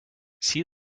see